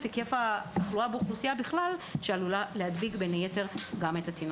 היקף התחלואה באוכלוסייה שיכולה להדביק את התינוקות.